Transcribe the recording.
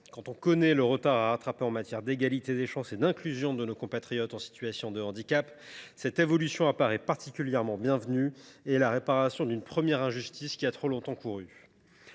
Quand on connaît le retard à rattraper en matière d’égalité des chances et d’inclusion de nos compatriotes en situation de handicap, cette évolution apparaît particulièrement bienvenue. Elle est la réparation d’une injustice qui a trop longtemps eu cours.